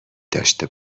داشته